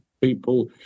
people